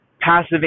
passive